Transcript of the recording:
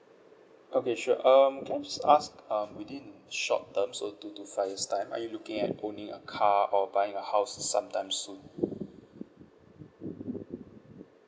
okay sure um can I just ask um within short term so two to five years' time are you looking at owning a car or buying a house sometime soon